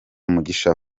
mugisha